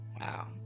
Wow